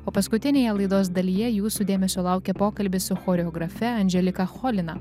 o paskutinėje laidos dalyje jūsų dėmesio laukia pokalbis su choreografe andželika cholina